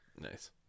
Nice